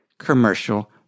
commercial